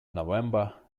november